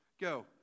Go